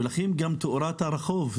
ולכן גם תאורת הרחוב,